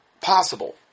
possible